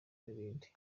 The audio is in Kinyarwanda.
n’ibindi